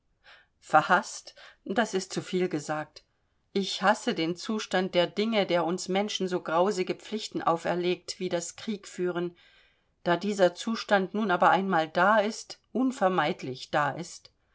verhaßt das ist zu viel gesagt ich hasse den zustand der dinge der uns menschen so grausige pflichten auferlegt wie das kriegführen da dieser zustand nun aber einmal da ist unvermeidlich da ist